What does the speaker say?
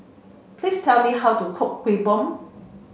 please tell me how to cook Kuih Bom